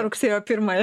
rugsėjo pirmąją